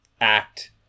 act